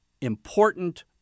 important